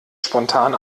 spontan